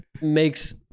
makes